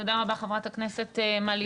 תודה רבה, חברת הכנסת מלינובסקי.